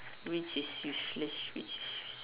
which is useless which is useless